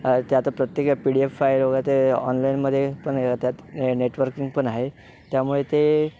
ते आता प्रत्येक पी डी एफ फाइल वगैरे ते ऑनलाईनमध्ये पण त्यात नेटवर्किंग पण आहे त्यामुळे ते